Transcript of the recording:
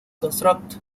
construct